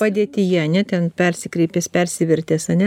padėtyje ne ten persikreipęs persivertęs ane